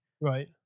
Right